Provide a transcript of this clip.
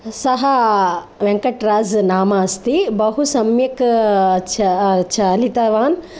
सः वेङ्कट्राज् नाम अस्ति बहु सम्यक् च चालितवान्